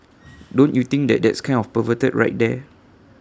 don't you think that that's kind of perverted right there